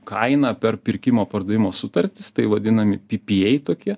kainą per pirkimo pardavimo sutartis tai vadinami py py ei tokie